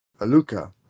Aluka